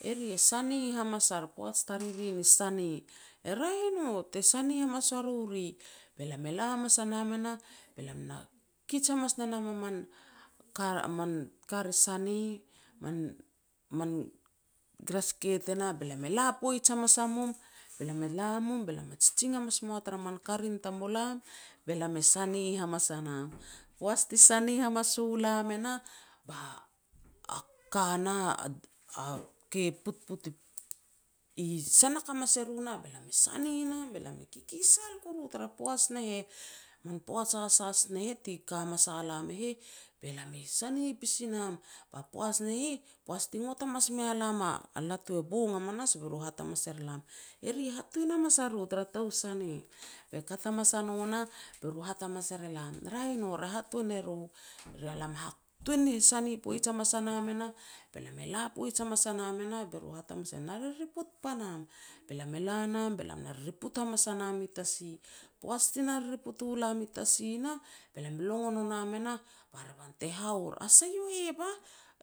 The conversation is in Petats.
E ri e sani hamas ar poaj tariri ni sani. E raeh i no te sani hamas wa ru ri. Be lam e la hamas a nam e nah, be lam na kij hamas ne nam a min ka ri sani man gras skeet e nah, be lam e la poij hamas a mum, be lam e la mum be lam e jijin hamas mua tara min karin tamulam be lam e sani hamas a nam. Poaj ti sani hamas u lam e nah, ba a ka nah a putput i sanak hamas e ru nah be lam e sani nam, be lam kikisal kuru tara poaj ne heh. Man poaj has has ne heh ti ka hamas ua lam e heh be lam e sani pasi nam, ba poaj ne heh poaj ti ngot hamas mea lam a latu e bong hamanas, be ru hat hamas er elam, eri hatuan hamas a ru tara tou sani. Be kat hamas a no nah, be ru hat hamas er e lam, ouh re hatuan e ro. Be lam hatuan ni sani poij hamas a nam e nah, be lam e la poij hamas a nam e nah be ru e hat hamas ner, "Na ririput panam." Be lam e la nam be lam na ririput hamas a nam i tasi. Poaj ti na ririput u lam i tasi nah, be lam longon o nam e nah ba revan te haur, "A sah yo heh bah",